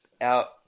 out –